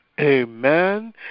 Amen